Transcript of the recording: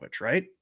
right